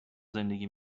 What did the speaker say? زندگی